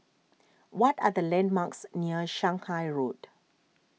what are the landmarks near Shanghai Road